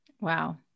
Wow